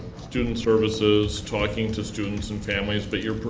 student services talking to students and families, but you